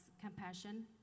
compassion